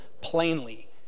plainly